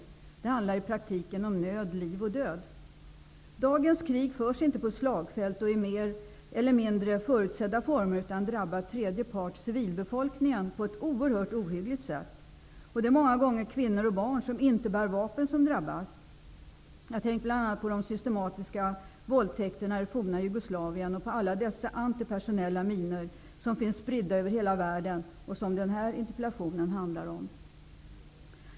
I praktiken handlar det om nöd, liv och död. Dagens krig förs inte på slagfält och i mer eller mindre förutsedda former utan drabbar tredje part, civilbefolkningen, på ett oerhört ohyggligt sätt. Det är många gånger kvinnor och barn som inte bär vapen som drabbas. Jag tänker bl.a. på de systematiska våldtäkterna i det forna Jugoslavien och på alla antipersonella minor som finns spridda över hela världen och som den här interpellationen handlar om.